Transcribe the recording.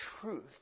truth